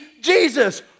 Jesus